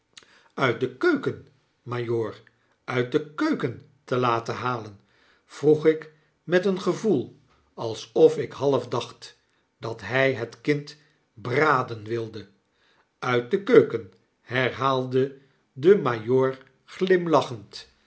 uit de keuken majoor uit de keuken te laten halen vroeg ik met een gevoel alsof ik half dacht dat hy het kind braden wilde uit de keuken herhaalde de majoor glimlachend